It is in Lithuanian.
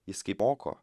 jis kaip moko